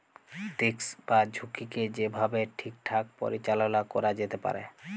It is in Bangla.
রিস্ক বা ঝুঁকিকে যে ভাবে ঠিকঠাক পরিচাললা ক্যরা যেতে পারে